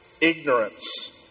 ignorance